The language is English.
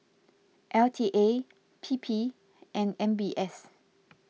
L T A P P and M B S